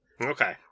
Okay